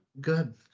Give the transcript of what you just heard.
Good